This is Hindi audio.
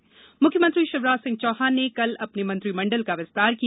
मंत्रिमंडल बैठक मुख्यमंत्री शिवराज सिंह चौहान ने कल अपने मंत्रिमंडल का विस्तार किया